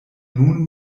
nun